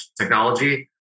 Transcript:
technology